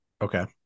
Okay